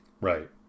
right